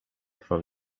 from